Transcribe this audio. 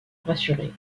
rassurer